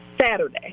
Saturday